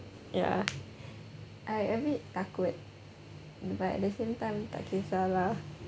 ya I a bit takut but at the same time tak kisah lah